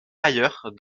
ailleurs